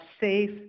safe